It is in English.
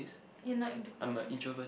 you are not into birthday